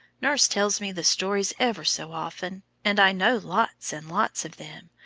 nurse tells me the stories ever so often, and i know lots and lots of them.